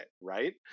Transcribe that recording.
right